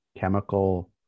chemical